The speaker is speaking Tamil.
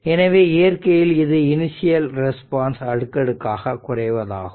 எனவே இயற்கையில் இது இனிசியல் ரெஸ்பான்ஸ் அடுக்கடுக்காக குறைவதாகும்